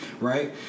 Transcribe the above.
right